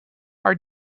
are